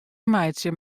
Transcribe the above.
meitsjen